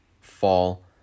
fall